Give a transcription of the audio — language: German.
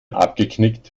abgeknickt